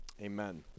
Amen